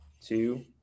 two